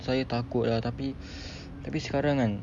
saya takut lah tapi tapi sekarang kan